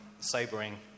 sobering